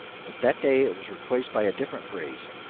but that day it was replaced by a different phrase,